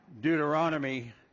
Deuteronomy